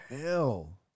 hell